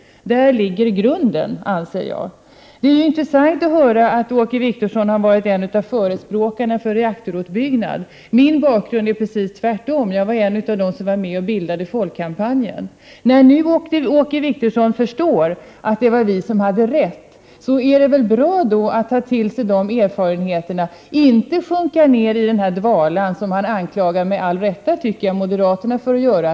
Där ligger grunden, anser jag. Det är intressant att höra att Åke Wictorsson varit en av förespråkarna av reaktoruppbyggnad. Min bakgrund är den rakt motsatta: jag var en av dem som var med och bildade Folkkampanjen. När nu Åke Wictorsson förstår att det var vi som hade rätt, är det väl bra om han tar till sig de erfarenheterna och inte sjunker ned i den dvala som han med all rätt anklagar moderaterna för att göra.